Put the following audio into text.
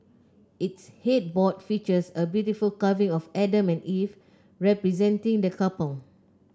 its headboard features a beautiful carving of Adam and Eve representing the couple